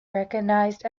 recognised